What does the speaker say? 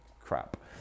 crap